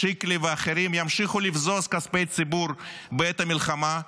שיקלי ואחרים ימשיכו לבזוז כספי ציבור בעת מלחמה.